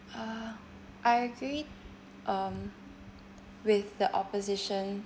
uh I agree um with the opposition